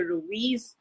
Ruiz